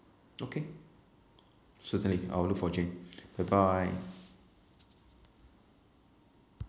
okay certainly I will look for jane bye bye